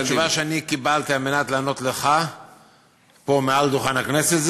מהתשובה שאני קיבלתי על מנת לענות לך מעל דוכן הכנסת,